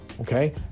okay